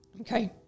Okay